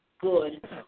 good